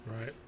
Right